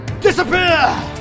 Disappear